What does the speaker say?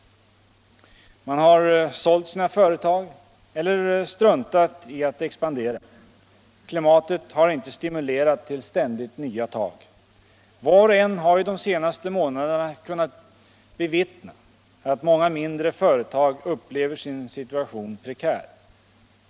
De har sålt sina företag eller struntat i att expandera. Klimatet har inte stimulerat till ständigt nya tag. Var och en har ju de senaste månaderna kunnat bevittna att många mindre företag upplever sin situation som prekär.